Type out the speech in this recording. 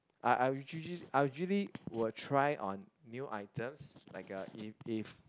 I I usually I usually will try on new items like uh if if